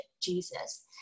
Jesus